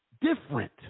different